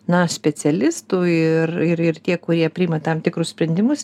na specialistų ir ir ir tie kurie priima tam tikrus sprendimus